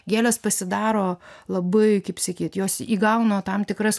gėlės pasidaro labai kaip sakyt jos įgauna tam tikras